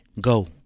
Go